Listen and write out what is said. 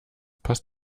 passt